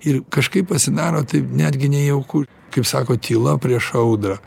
ir kažkaip pasidaro taip netgi nejauku kaip sako tyla prieš audrą